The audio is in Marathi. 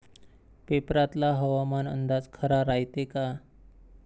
पेपरातला हवामान अंदाज खरा रायते का?